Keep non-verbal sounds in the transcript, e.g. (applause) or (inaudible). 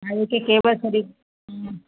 ಅದಕ್ಕೆ ಕೇಬಲ್ ಸರಿ (unintelligible)